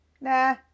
nah